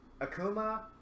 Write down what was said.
Akuma